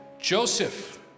Joseph